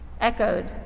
echoed